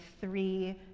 three